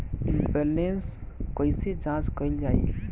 Balance कइसे जांच कइल जाइ?